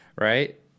right